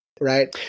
right